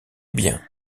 bien